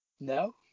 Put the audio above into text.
No